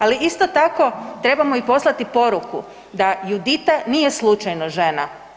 Ali isto tako, trebamo i poslati poruku da Judita nije slučajno žena.